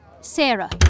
Sarah